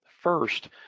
first